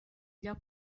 lloc